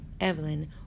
Evelyn